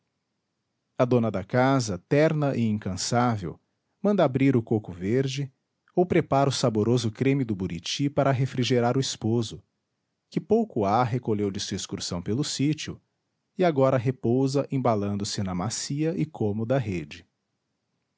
a dona da casa terna e incansável manda abrir o coco verde ou prepara o saboroso creme do buriti para refrigerar o esposo que pouco há recolheu de sua excursão pelo sítio e agora repousa embalando se na macia e cômoda rede